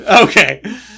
Okay